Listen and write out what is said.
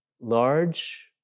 large